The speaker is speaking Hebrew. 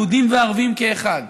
יהודים וערבים כאחד,